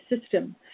system